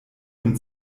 und